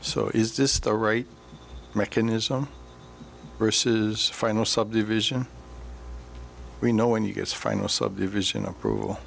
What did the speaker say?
so is this the right mechanism versus final subdivision we know when you get final subdivision approval